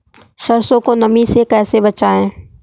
सरसो को नमी से कैसे बचाएं?